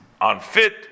unfit